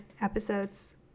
episodes